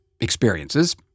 experiences